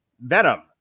Venom